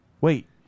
wait